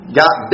got